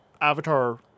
Avatar